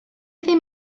ddim